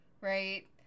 right